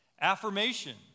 affirmation